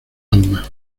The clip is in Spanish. alma